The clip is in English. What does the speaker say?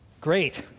great